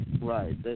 right